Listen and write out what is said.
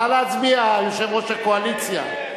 נא להצביע, יושב-ראש הקואליציה.